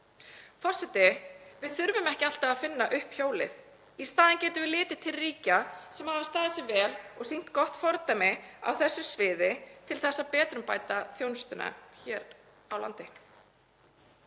Forseti. Við þurfum ekki alltaf að finna upp hjólið. Í staðinn getum við litið til ríkja sem hafa staðið sig vel og sýnt gott fordæmi á þessu sviði til að betrumbæta þjónustuna hér á landi.